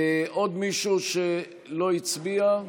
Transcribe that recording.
עוד מישהו לא הצביע?